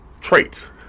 traits